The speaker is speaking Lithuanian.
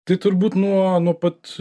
tai turbūt nuo nuo pat